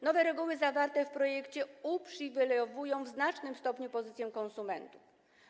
Nowe reguły zawarte w projekcie uprzywilejowują w znacznym stopniu pozycję konsumentów.